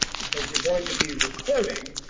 because you're going to be recording